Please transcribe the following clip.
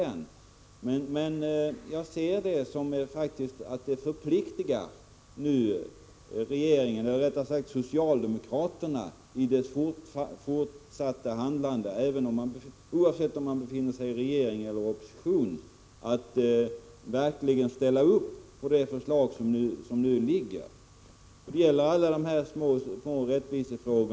Men jag ser det så, att det förpliktar socialdemokraterna att vid det fortsatta handlandet — oavsett om de befinner sig i regeringsställning eller i opposition — verkligen ställa upp på det förslag som nu föreligger.